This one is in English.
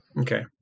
Okay